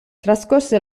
trascorse